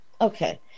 Okay